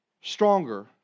stronger